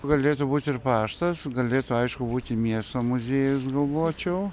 galėtų būti ir paštas galėtų aišku būti miesto muziejus galvočiau